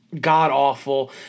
god-awful